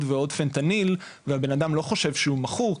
ועוד פנטניל והבנאדם לא חושב שהוא מכור,